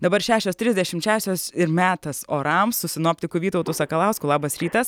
dabar šešios trisdešimt šešios ir metas oram su sinoptiku vytautu sakalausku labas rytas